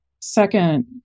second